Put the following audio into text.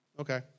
okay